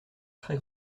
très